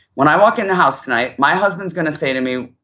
when i walk in the house tonight, my husband's going to say to me,